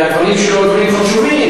והדברים שלו הם דברים חשובים.